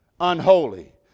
unholy